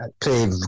play